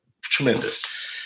tremendous